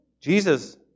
Jesus